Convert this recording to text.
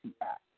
Act